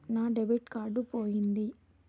నా debit card పోయింది